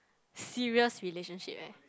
serious relationship eh